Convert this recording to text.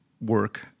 work